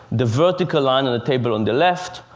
the vertical line on the table on the left,